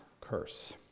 curse